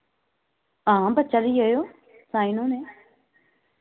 हां बच्चा लेई आयो साइन होने